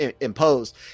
imposed